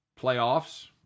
playoffs